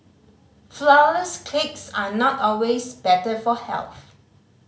flourless cakes are not always better for health